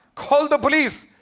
call the police!